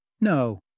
No